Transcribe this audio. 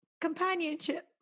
Companionship